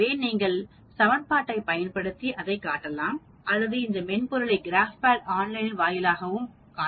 எனவே நீங்கள் சமன்பாட்டைப் பயன்படுத்தி அதைக் காட்டலாம் அல்லது அந்த மென்பொருளான கிராப்பேட் ஆன்லைனில் வாயிலாக பதிலைப் பெறலாம்